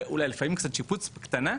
אולי לפעמים קצת שיפוץ בקטנה,